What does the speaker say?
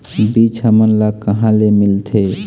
बीज हमन ला कहां ले मिलथे?